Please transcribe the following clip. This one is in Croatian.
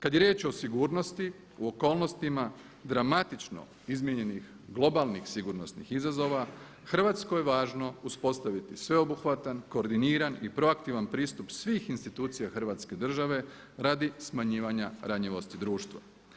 Kada je riječ o sigurnosti u okolnostima dramatično izmijenjenih globalnih sigurnosnih izazova, Hrvatskoj je važno uspostaviti sveobuhvatan, koordiniran i proaktivan pristup svih institucija Hrvatske države radi smanjivanja ranjivosti društva.